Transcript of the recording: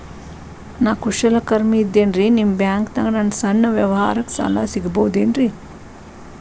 ನಾ ಕುಶಲಕರ್ಮಿ ಇದ್ದೇನ್ರಿ ನಿಮ್ಮ ಬ್ಯಾಂಕ್ ದಾಗ ನನ್ನ ಸಣ್ಣ ವ್ಯವಹಾರಕ್ಕ ಸಾಲ ಸಿಗಬಹುದೇನ್ರಿ?